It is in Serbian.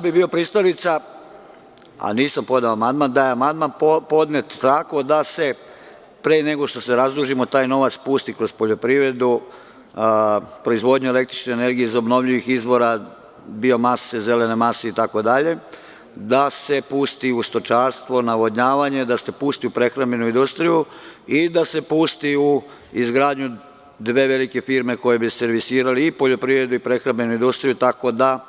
Bio bih pristalica, a nisam podneo amandman, da je amandman podnet tako da se, pre nego što se razdužimo, taj novac pusti kroz poljoprivredu, proizvodnju električne energije iz obnovljivih izvora, biomase, zelene mase itd, da se pusti u stočarstvo, navodnjavanje, da se pusti u prehrambenu industriju i da se pusti u izgradnju dve velike firme koje bi servisirale i poljoprivredu i prehrambenu industriju, tako da